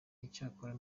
icyakora